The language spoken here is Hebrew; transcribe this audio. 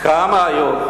כמה היו?